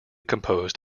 composed